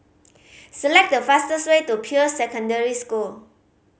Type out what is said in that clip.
select the fastest way to Peirce Secondary School